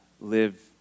live